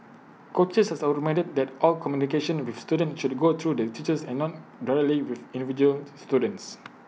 coaches are also reminded that all communication with students should go through the teachers and not directly with individual students